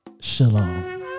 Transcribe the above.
Shalom